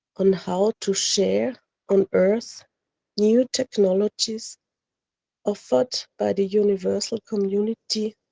on how to share on earth new technologies offered by the universal community